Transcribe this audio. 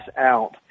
out